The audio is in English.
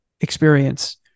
experience